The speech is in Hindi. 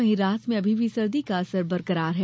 वहीं रात में अभी भी सर्दी का असर बरकरार है